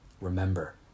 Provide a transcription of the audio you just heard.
Remember